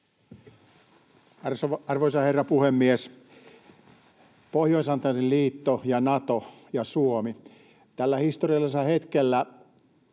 Arvoisa herra puhemies! Pohjois-Atlantin liitto ja Nato ja Suomi: tällä historiallisella hetkellä